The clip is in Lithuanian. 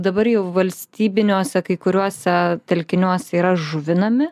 dabar jau valstybiniuose kai kuriuose telkiniuose yra žuvinami